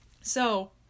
So-